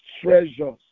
treasures